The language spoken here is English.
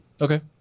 Okay